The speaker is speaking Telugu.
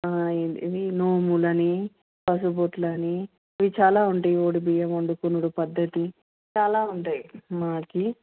ఇవి నోములు అని పసుపుబొట్లు అని ఇవి చాలా ఉంటాయి ఒడిబియ్యం వండుకొనుడు పద్ధతి చాలా ఉంటాయి మాకు